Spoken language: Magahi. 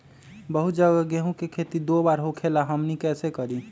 बहुत जगह गेंहू के खेती दो बार होखेला हमनी कैसे करी?